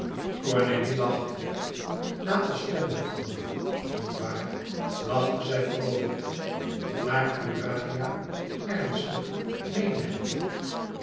cornélie lachte na ostende vooral niet waar lachte zij vroolijk maar urania ernstig meende het